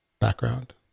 background